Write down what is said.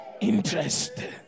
Interest